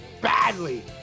badly